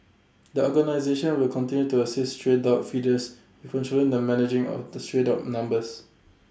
the organisation will continue to assist stray dog feeders with controlling and managing of the stray dog numbers